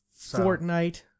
Fortnite